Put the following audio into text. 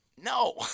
No